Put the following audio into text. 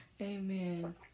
Amen